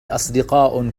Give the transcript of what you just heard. أصدقاء